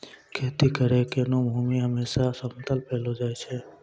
खेती करै केरो भूमि हमेसा समतल पैलो जाय छै